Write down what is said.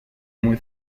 muy